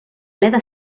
bleda